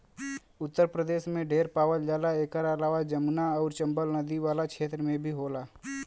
उत्तर प्रदेश में ढेर पावल जाला एकर अलावा जमुना आउर चम्बल नदी वाला क्षेत्र में भी होला